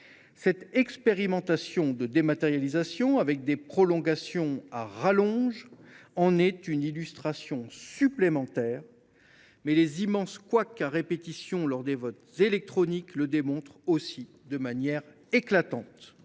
Cette expérimentation de dématérialisation avec des prolongations à rallonge en est une illustration supplémentaire, mais les immenses couacs à répétition lors des votes électroniques le démontraient aussi de manière éclatante.